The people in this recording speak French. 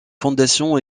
fondation